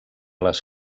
les